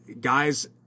guys